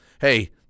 hey